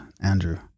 Andrew